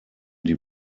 die